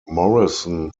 morrison